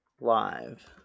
Live